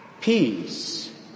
peace